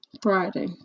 Friday